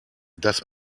das